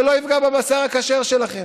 שלא יפגע בבשר הכשר שלכם.